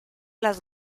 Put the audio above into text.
las